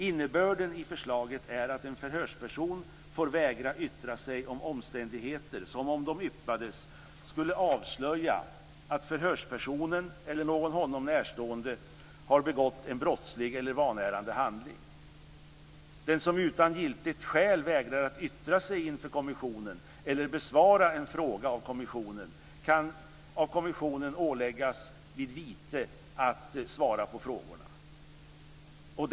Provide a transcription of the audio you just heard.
Innebörden i förslaget är att en förhörsperson får vägra yttra sig om omständigheter som om de yppades skulle avslöja att förhörspersonen eller någon honom närstående har begått en brottsligt eller vanärande handling. Den som utan giltigt skäl vägrar att yttra sig inför kommissionen eller besvara en fråga av kommissionen kan av kommissionen åläggas vid vite att svara på frågorna.